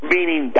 Meaning